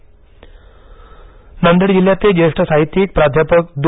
निधन नांदेड जिल्ह्यातले ज्येष्ठ साहित्यिक प्राध्यापक द्